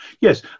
Yes